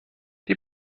die